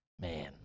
Man